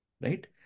Right